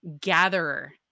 gatherer